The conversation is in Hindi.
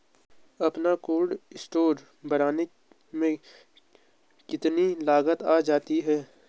अपना कोल्ड स्टोर बनाने में कितनी लागत आ जाती है?